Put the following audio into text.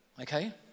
okay